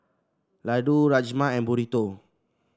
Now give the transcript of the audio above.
Ladoo Rajma and Burrito